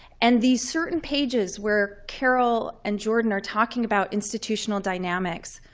and these certain pages where carol and jordan are talking about institutional dynamics,